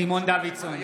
סימון דוידסון,